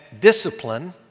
discipline